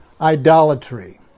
idolatry